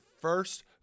first